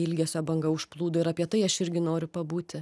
ilgesio banga užplūdo ir apie tai aš irgi noriu pabūti